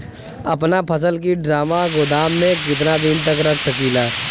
अपना फसल की ड्रामा गोदाम में कितना दिन तक रख सकीला?